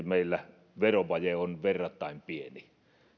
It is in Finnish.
meillä verovaje on verrattain pieni